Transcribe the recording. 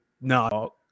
No